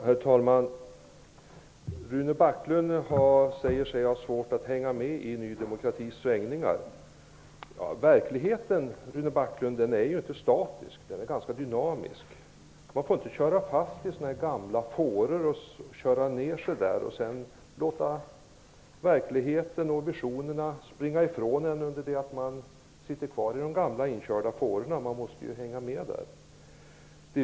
Herr talman! Rune Backlund säger sig ha svårt att hänga med i Ny demokratis svängningar. Verkligheten är inte statisk, Rune Backlund. Den är ganska dynamisk. Man får inte köra fast sig i gamla fåror. Verkligheten och visionerna får inte springa ifrån en medan man sitter kvar i de gamla inkörda fårorna. Man måste hänga med.